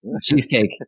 Cheesecake